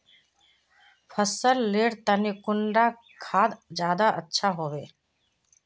फसल लेर तने कुंडा खाद ज्यादा अच्छा हेवै?